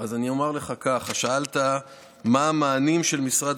אז אני אומר לך כך לשאלת מה המענים של משרד